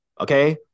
Okay